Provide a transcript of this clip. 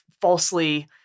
falsely